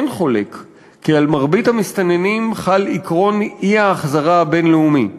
אין חולק כי על מרבית המסתננים חל עקרון אי-ההחזרה הבין-לאומי,